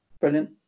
brilliant